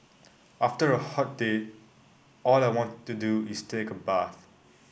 after a hot day all I want to do is take a bath